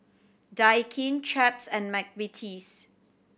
Daikin Chaps and McVitie's